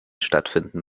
stattfinden